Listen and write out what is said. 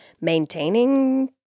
maintaining